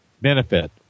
benefit